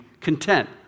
content